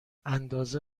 اندازه